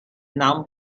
number